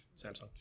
Samsung